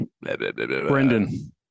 Brendan